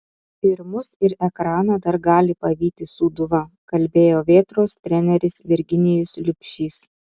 ir mus ir ekraną dar gali pavyti sūduva kalbėjo vėtros treneris virginijus liubšys